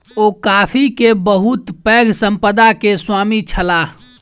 ओ coffee के बहुत पैघ संपदा के स्वामी छलाह